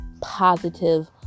positive